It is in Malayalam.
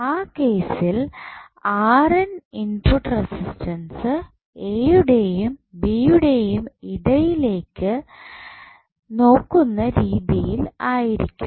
ആ കേസിൽ ഇൻപുട്ട് റെസിസ്റ്റൻസ് എ യുടെയും ബി യുടെയും ഇടയിലേക്ക് നോക്കുന്ന രീതിയിൽ ആയിരിക്കും